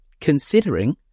Considering